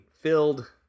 filled